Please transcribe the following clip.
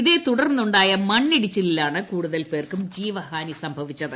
ഇതേ തുടർന്നുണ്ടായ മണ്ണിടിച്ചിലിലാണ് കൂടുതൽ പേർക്കും ജീവഹാനി ഉണ്ടായത്